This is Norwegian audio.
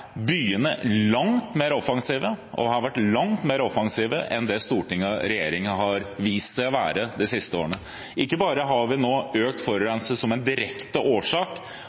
byene langt mer offensive – og har vært langt mer offensive – enn det storting og regjering har vist seg å være de siste årene. Ikke bare har forurensningen økt som en direkte